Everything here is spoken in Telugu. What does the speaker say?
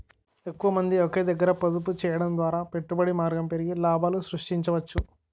ఎక్కువమంది ఒకే దగ్గర పొదుపు చేయడం ద్వారా పెట్టుబడి మార్గం పెరిగి లాభాలు సృష్టించవచ్చు